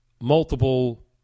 multiple